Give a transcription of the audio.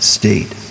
state